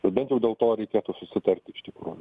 tai bent jau dėl to reikėtų susitarti iš tikrųjų